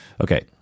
Okay